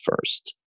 first